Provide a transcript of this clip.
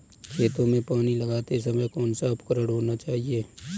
खेतों में पानी लगाते समय कौन सा उपकरण होना चाहिए?